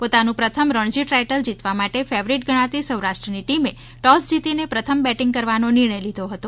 પોતાનું પ્રથમ રણજી ટાઇટલ જીતવામાં માટે ફેવરિટ ગણાતી સૌરાષ્ટ્રની ટીમે ટોસ જીતીને પ્રથમ બેટિંગ કરવાનો નિર્ણય લીધો હતો